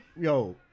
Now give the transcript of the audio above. Yo